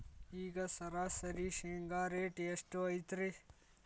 ಈಗ ಸರಾಸರಿ ಶೇಂಗಾ ರೇಟ್ ಎಷ್ಟು ಐತ್ರಿ?